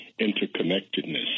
interconnectedness